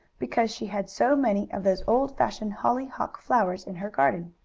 because she had so many of those old-fashioned hollyhock flowers in her garden.